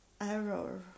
error